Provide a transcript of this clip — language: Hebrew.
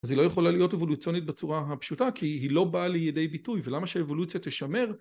אז היא לא יכולה להיות אבולוציונית בצורה הפשוטה כי היא לא באה לידי ביטוי ולמה שהאבולוציה תשמר